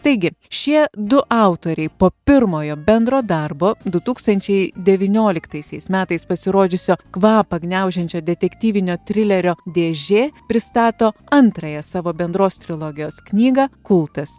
taigi šie du autoriai po pirmojo bendro darbo du tūkstančiai dvynioliktaisiais metais pasirodžiusio kvapą gniaužiančio detektyvinio trilerio dėžė pristato antrąją savo bendros trilogijos knygą kultas